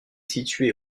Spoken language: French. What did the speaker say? situé